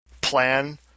plan